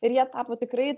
ir jie tapo tikrai